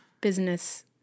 business